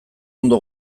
ondo